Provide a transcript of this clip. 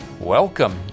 Welcome